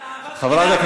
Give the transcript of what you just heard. זה אהבת חינם.